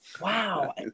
Wow